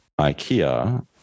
Ikea